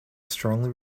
strongly